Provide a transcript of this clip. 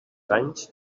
anys